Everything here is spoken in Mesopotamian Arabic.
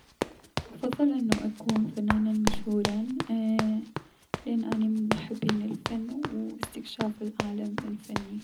افضل انو اكون فنانا مشهورا ايي- لأن اني من محبين الفن و استكشاف عالم الفن.